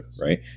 Right